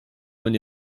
man